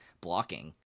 blocking